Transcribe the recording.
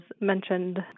mentioned